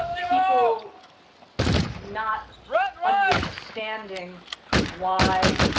people not understanding why,